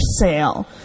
sale